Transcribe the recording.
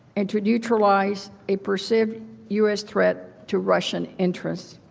and to neutralize a perceived us threat to russian interests.